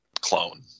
clone